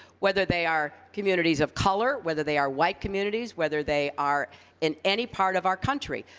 whether they are communities of color, whether they are white communities, whether they are in any part of our country.